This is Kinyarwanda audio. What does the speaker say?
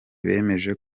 bemeje